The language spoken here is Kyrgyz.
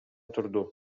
турду